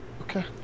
Okay